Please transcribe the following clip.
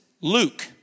Luke